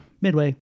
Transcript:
Midway